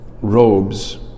robes